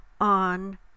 on